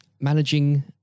managing